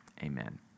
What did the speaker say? Amen